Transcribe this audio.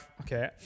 okay